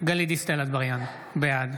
גלית דיסטל אטבריאן, בעד